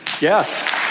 Yes